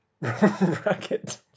Racket